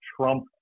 Trump